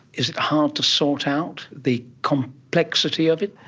is it hard to sort out the complexity of it?